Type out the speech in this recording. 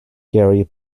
gary